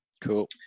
Cool